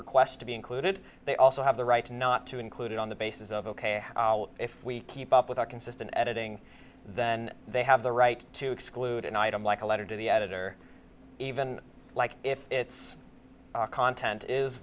request to be included they also have the right not to include it on the basis of ok if we keep up with our consistent editing then they have the right to exclude an item like a letter to the editor even like if its content is